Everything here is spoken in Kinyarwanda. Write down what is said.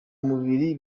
mubiri